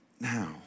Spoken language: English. now